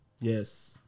Yes